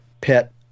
pet